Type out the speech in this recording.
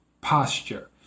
posture